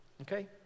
okay